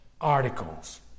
Articles